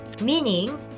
meaning